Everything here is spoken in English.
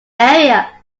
area